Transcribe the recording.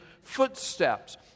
footsteps